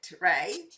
right